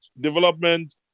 development